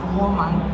woman